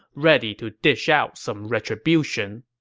ready to dish out some retribution